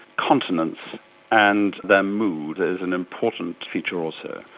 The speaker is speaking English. continence and their mood is an important feature also.